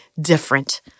different